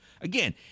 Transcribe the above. again